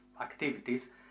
activities